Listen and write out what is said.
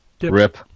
Rip